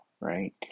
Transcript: right